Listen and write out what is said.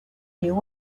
knew